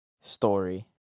story